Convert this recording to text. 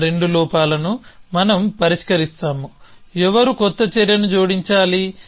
ఆ రెండు లోపాలను మనం పరిష్కరిస్తాము ఎవరు కొత్త చర్యను జోడించాలి